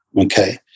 Okay